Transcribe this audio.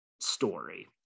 story